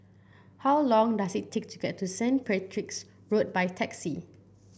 how long does it take to get to Saint Patrick's Road by taxi